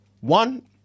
one